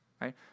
right